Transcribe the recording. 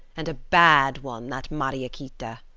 and a bad one, that mariequita!